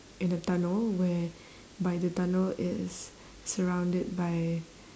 in a tunnel whereby the tunnel is surrounded by